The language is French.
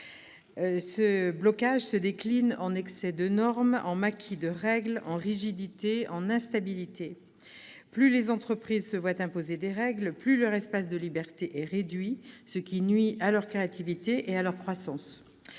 Ce blocage se décline en excès de normes, en maquis de règles, en rigidité, en instabilité : plus les entreprises se voient imposer de règles, plus leur espace de liberté est réduit, ce qui nuit à leur créativité et à leur croissance.